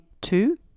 two